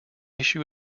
issue